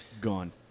gone